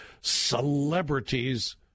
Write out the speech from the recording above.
celebrities